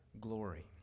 glory